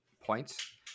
points